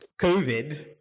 COVID